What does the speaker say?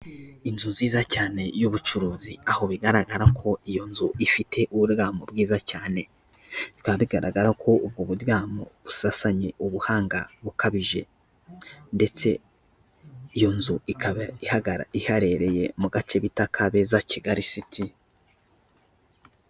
Inzu nziza cyane y'ubucuruzi, aho bigaragara ko iyo nzu ifite uburyamo bwiza cyane, bikaba bigaragara ko uburyamo busasanye ubuhanga bukabije ndetse iyo nzu ikaba iherereye mu gace bita Kabeza, Kigali, Siti.